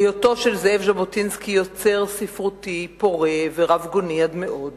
היותו של זאב ז'בוטינסקי יוצר ספרותי פורה ורבגוני עד מאוד בשירה,